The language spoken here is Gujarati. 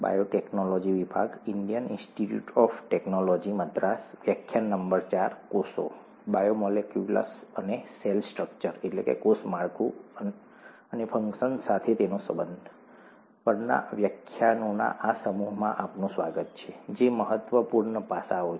બાયોમોલેક્યુલ્સ અને સેલ સ્ટ્રક્ચરકોષ માળખું અને ફંક્શન સાથે તેમનો સંબંધ પરના વ્યાખ્યાનોના આ સમૂહમાં આપનું સ્વાગત છે જે મહત્વપૂર્ણ પાસાઓ છે